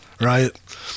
right